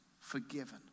forgiven